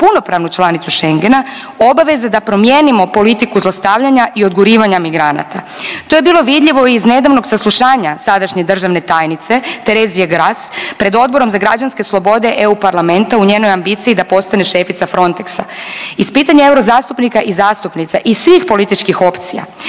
punopravnu članicu Schengena obaveza da promijenimo politiku zlostavljanja i odgurivanja migranata. To je bilo vidljivo i iz nedavnog saslušanja sadašnje državne tajnice Terezije Gras pred Odborom za građanske slobode EU parlamenta u njenoj ambiciji da postane šefica Frontexa. Iz pitanja euro zastupnika i zastupnica iz svih političkih opcija